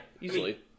Easily